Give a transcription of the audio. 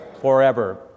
forever